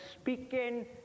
speaking